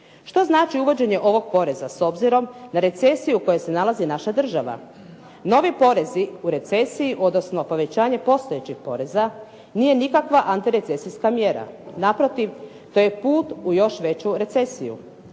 Što znači uvođenje ovog poreza s obzirom na recesiju u kojoj se nalazi naša država. Novi porezi u recesiji odnosno povećanje postojećih poreza nije nikakva antirecesijska mjera. Naprotiv, to je put u još veću recesiju.